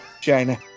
China